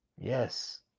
Yes